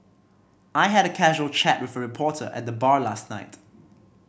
I had a casual chat with a reporter at the bar last night